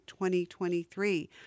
2023